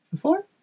four